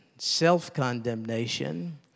self-condemnation